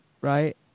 right